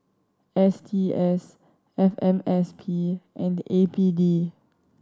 S T S F M S P and A P D